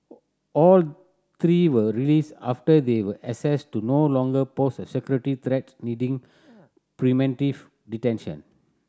all three were released after they were assessed to no longer pose a security threat needing preventive detention